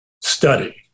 study